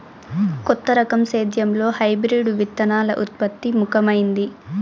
కొత్త రకం సేద్యంలో హైబ్రిడ్ విత్తనాల ఉత్పత్తి ముఖమైంది